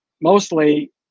mostly